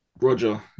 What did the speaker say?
Roger